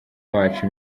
wacu